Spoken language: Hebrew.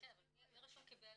--- מי רשום בטאבו כבעלים?